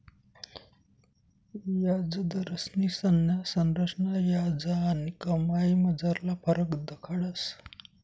याजदरस्नी संज्ञा संरचना याज आणि कमाईमझारला फरक दखाडस